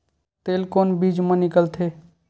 तेल कोन बीज मा निकलथे?